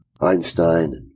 Einstein